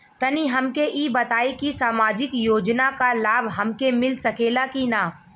तनि हमके इ बताईं की सामाजिक योजना क लाभ हमके मिल सकेला की ना?